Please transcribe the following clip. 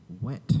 wet